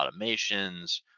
automations